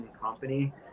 company